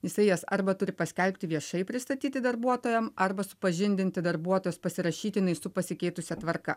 jisai jas arba turi paskelbti viešai pristatyti darbuotojam arba supažindinti darbuotojus pasirašytinai su pasikeitusia tvarka